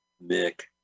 Nick